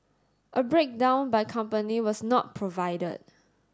a breakdown by company was not provided